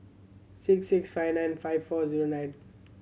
six six five nine five four zero nine